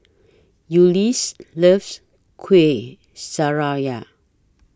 Ulises loves Kuih